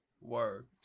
Word